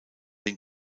den